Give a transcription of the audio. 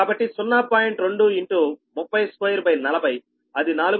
2 240అది 4